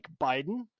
Biden